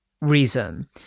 reason